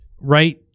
right